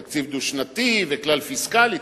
תקציב דו-שנתי וכלל פיסקלי,